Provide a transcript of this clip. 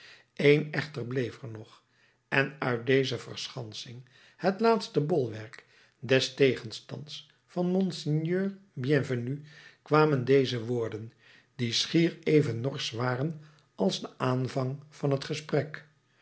eén echter bleef er nog en uit deze verschansing het laatste bolwerk des tegenstands van monseigneur bienvenu kwamen deze woorden die schier even norsch waren als de aanvang van t gesprek